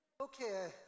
Okay